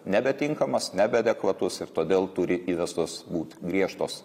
nebetinkamas nebeadekvatus ir todėl turi įvestos būt griežtos